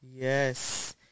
Yes